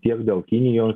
tiek dėl kinijos